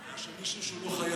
מישהו שהוא לא חייל.